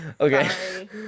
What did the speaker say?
Okay